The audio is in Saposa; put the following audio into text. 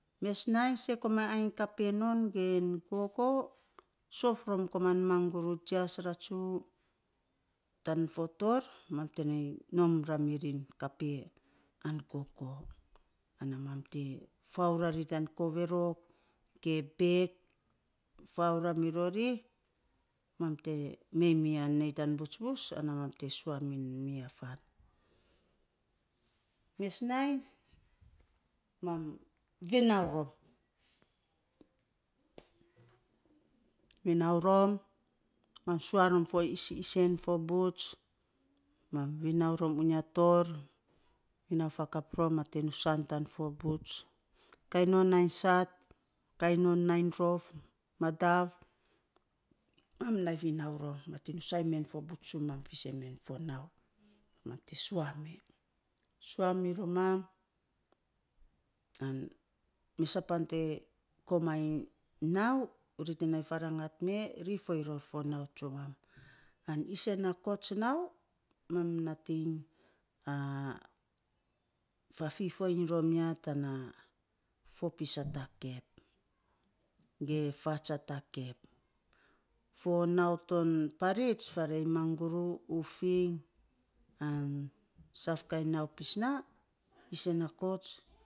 Mes nainy see komainy ainy kapee non gen gogo sof rom komaan manguru jias ratsu, tan fo tor mam te nainy nom ra mirin, kaape an gogo, ana mam te fau ra tan ri tan koverok ge bek, fau ra mi rori, mam te mei miya nei tan buts bus mam te sua miya faan. mes nainy mam vinau rom vinau rom, mam sua rom fo isen isen fo buts, mam vinau rom unya tor, vinau fakap rom mam te nusaan tan fo buts, kai non ainysat, kai non nainy rof, madav mam nai vinau rom mam te nusaan men fo buts tsumam fisen men fo nau, mam te sua me, sus mi roman, an mes a paan te komainy nau, ri te nai a rangat me, ri foiny ror fo nau tsumam, an isen a kots nau, mam nating fafifoiny iny rom ya tana fopis a takep ge faats a takep fo nau ton parits farei manguru, ufing an saf kainynau pis naa, isen na kots.